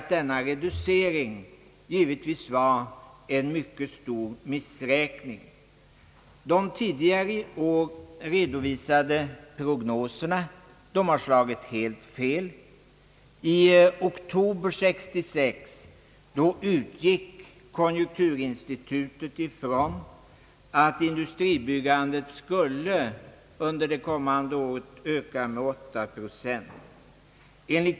Den reduceringen var givetvis en mycket stor missräkning — de tidigare i år redovisade prognoserna har slagit helt fel. I oktober 1966 utgick konjunkturinstitutet från att industribyggandet skulle öka med 8 procent under det kommande året.